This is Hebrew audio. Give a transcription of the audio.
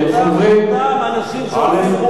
אותם אנשים שעושים רוח.